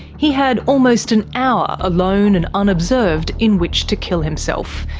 he had almost an hour alone and unobserved in which to kill himself.